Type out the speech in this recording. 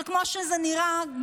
אבל כמו שזה נראה,